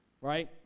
right